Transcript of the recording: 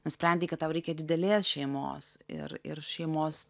nusprendei kad tau reikia didelės šeimos ir ir šeimos